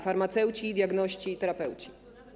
Farmaceuci, diagności i terapeuci?